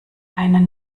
einen